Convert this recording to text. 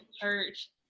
church